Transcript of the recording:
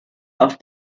auf